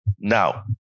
Now